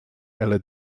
ella